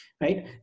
right